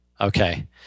Okay